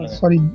sorry